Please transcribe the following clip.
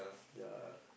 ya